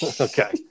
Okay